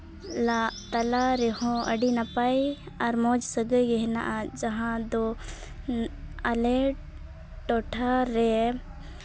ᱞᱟᱜ ᱛᱟᱞᱟ ᱨᱮᱦᱚᱸ ᱟᱹᱰᱤ ᱱᱟᱯᱟᱭ ᱟᱨ ᱢᱚᱡᱽ ᱥᱟᱹᱜᱟᱹᱭ ᱜᱮ ᱦᱮᱱᱟᱜᱼᱟ ᱡᱟᱦᱟᱸ ᱫᱚ ᱟᱞᱮ ᱴᱚᱴᱷᱟ ᱨᱮ